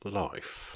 life